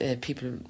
people